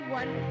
one